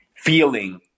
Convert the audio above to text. Feeling